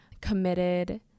committed